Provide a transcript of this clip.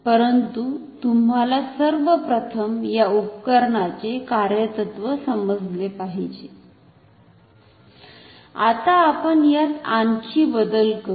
परंतु तुम्हाला सर्व प्रथम या उपकरणाचे कार्यतत्व समजले पाहिजे आता आपण यात आणखी बदल करू